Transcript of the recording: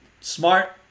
smart